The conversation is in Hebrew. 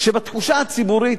שבתחושה הציבורית,